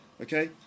Okay